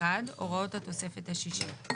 (1)הוראות התוספת השישית,